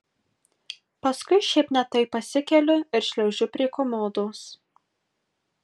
paskui šiaip ne taip pasikeliu ir šliaužiu prie komodos